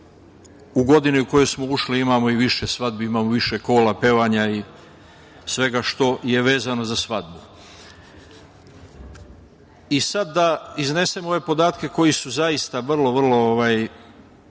u godini u koju smo išli imamo više svadbi, imamo više kola, pevanja i svega što je vezano za svadbu. Sad da iznesem ove podatke koji su zaista vrlo, vrlo,